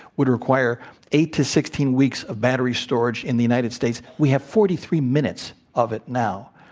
would require eight to sixteen weeks of battery storage in the united states. we have forty three minutes of it now.